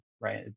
right